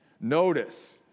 Notice